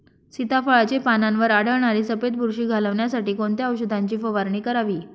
सीताफळाचे पानांवर आढळणारी सफेद बुरशी घालवण्यासाठी कोणत्या औषधांची फवारणी करावी?